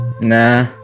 Nah